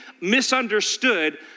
misunderstood